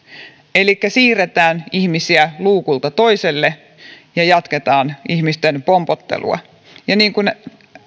elikkä siirretään ihmisiä luukulta toiselle ja jatketaan ihmisten pompottelua ja niin kuin